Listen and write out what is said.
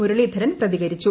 മുരളീധരൻ പ്രതികരിച്ചു